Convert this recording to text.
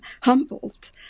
humbled